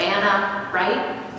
right